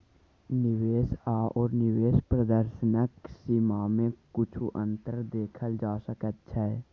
निवेश आओर निवेश प्रदर्शनक सीमामे किछु अन्तर देखल जा सकैत छै